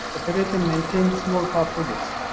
operate and maintain small power projects.